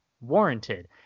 warranted